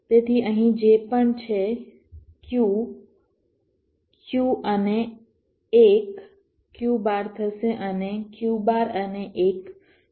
તેથી અહીં જે પણ છે Q Q અને 1 Q બાર થશે અને Q બાર અને 1 Q થશે